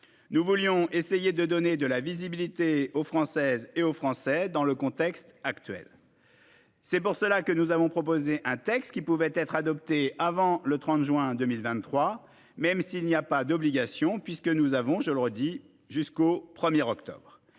Nous voulions essayer de donner de la visibilité aux Françaises et aux Français, compte tenu du contexte actuel. C'est pour cela que nous avons proposé un texte qui pouvait être adopté avant le 30 juin 2023, même s'il n'y a pas d'obligation, puisque nous avons, je le répète, jusqu'au 1 octobre.